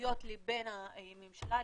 והאזרחיות לבין הממשלה,